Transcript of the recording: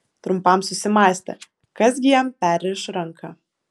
trumpam susimąstė kas gi jam perriš ranką